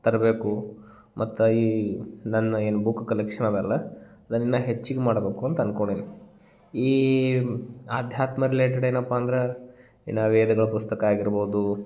ತರಬೇಕು ಮತ್ತು ಈ ನನ್ನ ಏನು ಬುಕ್ಕು ಕಲೆಕ್ಷನ್ ಅದ ಅಲ್ಲ ಅದನ್ನು ಇನ್ನೂ ಹೆಚ್ಚಿಗೆ ಮಾಡಬೇಕು ಅಂತ ಅಂದ್ಕೊಂಡೇನಿ ಈ ಅಧ್ಯಾತ್ಮ ರಿಲೇಟೆಡ್ ಏನಪ್ಪ ಅಂದ್ರೆ ಏನು ವೇದಗಳ ಪುಸ್ತಕ ಆಗಿರ್ಬೋದು